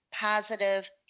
positive